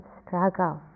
struggle